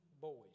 boys